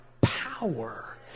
power